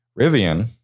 Rivian